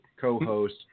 co-host